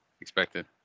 expected